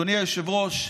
אדוני היושב-ראש,